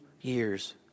years